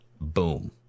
Boom